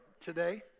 today